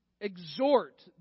exhort